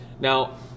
Now